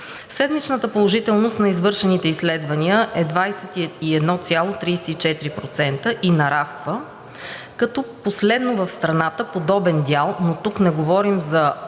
Седмичната положителност на извършените изследвания е 21,34% и нараства, като последно в страната подобен дял, но тук не говорим за